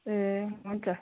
ए हुन्छ